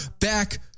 back